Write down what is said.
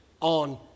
on